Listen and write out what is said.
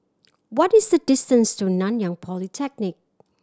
what is the distance to Nanyang Polytechnic